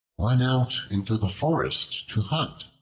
went out into the forest to hunt.